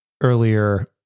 earlier